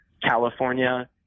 California